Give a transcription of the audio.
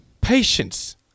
patience